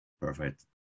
Perfect